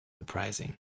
Surprising